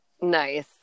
Nice